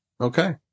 Okay